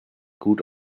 gut